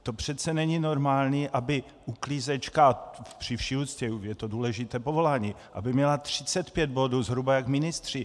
To přece není normální, aby uklízečka, při vší úctě, je to důležité povolání, aby měla 35 bodů, zhruba jako ministři.